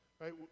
right